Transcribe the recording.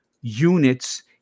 units